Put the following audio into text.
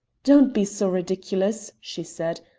don't be so ridiculous, she said,